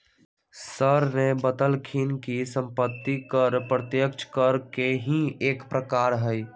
sir ने बतल खिन कि सम्पत्ति कर प्रत्यक्ष कर के ही एक प्रकार हई